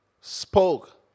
spoke